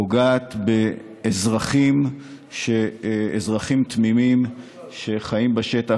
פוגעת באזרחים תמימים שחיים בשטח.